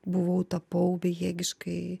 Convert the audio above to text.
buvau tapau bejėgiškai